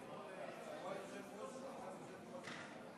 כמו היושב-ראש שיושב עכשיו בראש הישיבה.